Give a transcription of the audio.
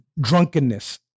drunkenness